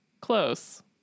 Close